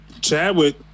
chadwick